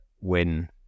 Win